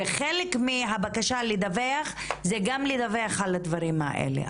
חלק מהבקשה לדווח זה גם לדווח על הדברים האלה,